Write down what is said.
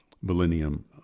Millennium